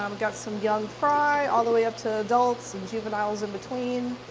um got some young fry, all the way up to adults and juveniles in between,